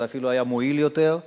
זה אפילו היה מועיל יותר.